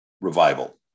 revival